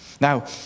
Now